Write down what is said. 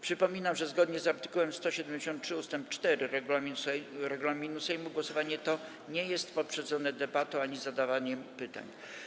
Przypominam, że zgodnie z art. 173 ust. 4 regulaminu Sejmu głosowanie to nie jest poprzedzone debatą ani zadawaniem pytań.